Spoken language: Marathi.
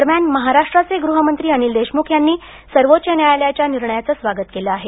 दरम्यान महाराष्ट्राचे गृह मंत्री अनिल देशमुख यांनी सर्वोच्च न्यायालयाच्या निर्णयाचं स्वागत केलं आहे